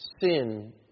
sin